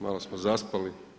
Malo smo zaspali.